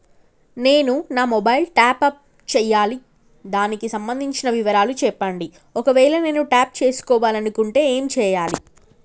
నేను నా mobile top up చేయాలి దానికి సంబంధించిన వివరాలు చెప్పండి ఒకవేళ నేను టాప్ చేసుకోవాలనుకుంటే ఏం చేయాలి?